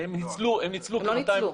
הם ניצלו כ-200 --- הם לא ניצלו.